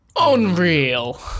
unreal